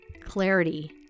clarity